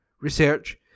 research